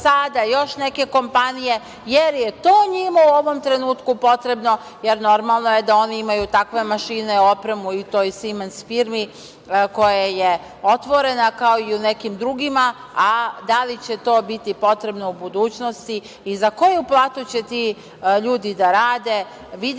ambasada, još neke kompanije, jer je to njima u ovom trenutku potrebno, jer normalno je da oni imaju takve mašine, opremu u toj „Simens“ firmi koja je otvorena, kao i u nekim drugima, a da li će to biti potrebno u budućnosti i za koju platu će ti ljudi da rade?